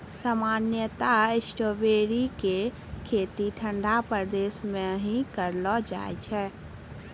सामान्यतया स्ट्राबेरी के खेती ठंडा प्रदेश मॅ ही करलो जाय छै